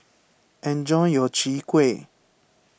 enjoy your Chwee Kueh